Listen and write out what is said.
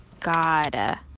God